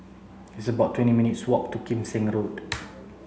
it's about twenty minutes' walk to Kim Seng Road